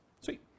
Sweet